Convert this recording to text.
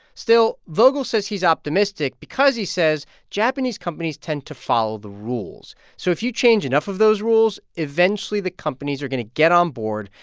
still, vogel says he's optimistic because, he says, japanese companies tend to follow the rules. so if you change enough of those rules, eventually the companies are going to get on board.